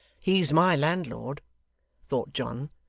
he's my landlord thought john,